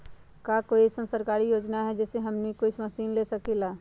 का कोई अइसन सरकारी योजना है जै से हमनी कोई मशीन ले सकीं ला?